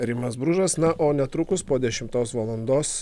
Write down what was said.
rimas bružas na o netrukus po dešimtos valandos